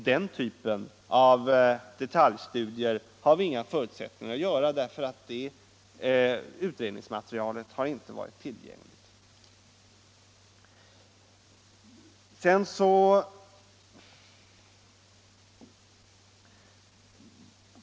Den typen av detaljstudier har vi inga förutsättningar att göra, eftersom det utredningsmaterialet inte har varit tillgängligt.